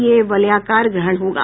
यह वलयाकार ग्रहण होगा